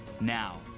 now